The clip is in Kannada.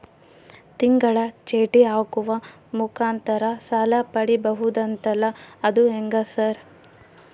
ತಿಂಗಳ ಚೇಟಿ ಹಾಕುವ ಮುಖಾಂತರ ಸಾಲ ಪಡಿಬಹುದಂತಲ ಅದು ಹೆಂಗ ಸರ್?